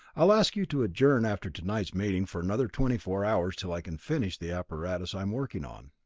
i'll ask you to adjourn after tonight's meeting for another twenty-four hours till i can finish the apparatus i am working on.